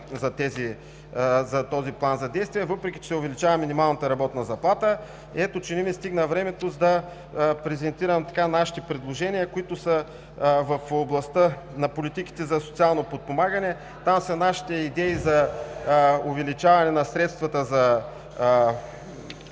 за този план за действие, въпреки че увеличава минималната работна заплата. Ето че не ми стигна времето да презентирам така нашите предложения, които са в областта на политиките за социално подпомагане. (Председателят дава сигнал, че времето е